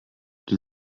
die